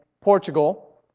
Portugal